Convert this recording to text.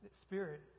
spirit